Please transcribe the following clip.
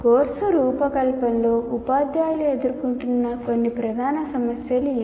course రూపకల్పనలో ఉపాధ్యాయులు ఎదుర్కొంటున్న కొన్ని ప్రధాన సమస్యలు ఇవి